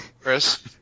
Chris